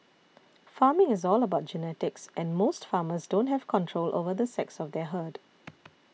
farming is all about genetics and most farmers don't have control over the sex of their herd